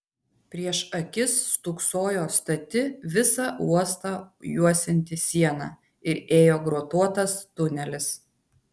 prieš akis stūksojo stati visą uostą juosianti siena ir ėjo grotuotas tunelis